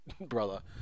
brother